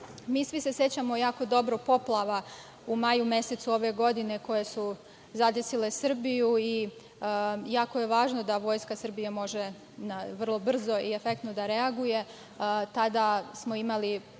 se sećamo jako dobro poplava u maju mesecu ove godine, koje su zadesile Srbiju i jako je važno da Vojska Srbije može vrlo brzo i efektno da reaguje. Tada smo imali